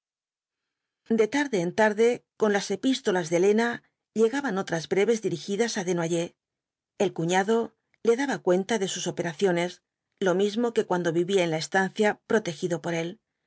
de tarde en tarde con las epístolas de elena llegaban otras breves dirigidas á desnoyers el cuñado le daba cuenta de sus operaciones lo mismo que cuando vivía en la estancia protegido por él